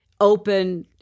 open